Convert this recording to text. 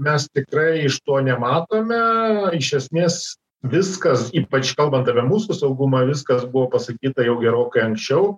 mes tikrai iš to nematome iš esmės viskas ypač kalbant apie mūsų saugumą viskas buvo pasakyta jau gerokai anksčiau